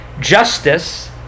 justice